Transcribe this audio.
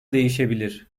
değişebilir